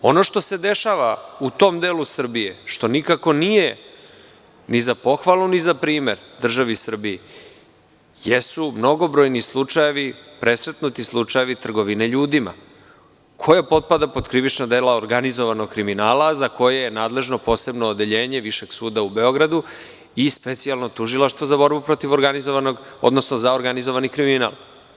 Ono što se dešava u tom delu Srbije, što nikako nije ni za pohvalu ni za primer državi Srbiji, jesu mnogobrojni slučajevi, presretnuti slučajevi trgovine ljudima, što potpada pod krivična dela organizovanog kriminala, za koje je nadležno posebno odeljenje Višeg suda u Beogradu i Specijalno tužilaštvo za organizovani kriminal.